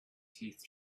teeth